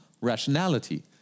rationality